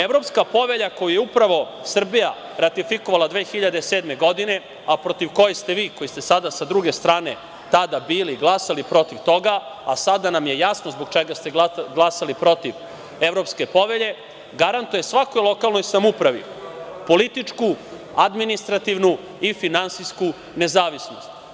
Evropska povelja, koju je upravo Srbija ratifikovala 2007. godine, a protiv koje ste vi, koji ste sada sa druge strane tada bili, glasali protiv toga, a sada nam je jasno zbog čega ste glasali protiv Evropske povelje, garantuje svakoj lokalnoj samoupravi političku, administrativnu i finansijsku nezavisnost.